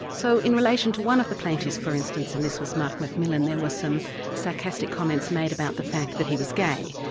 so, in relation to one of the plaintiffs for instance, and this was mark mcmillan, there were some sarcastic comments made about the fact that he was gay.